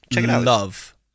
love